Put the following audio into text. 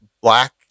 black